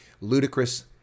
Ludicrous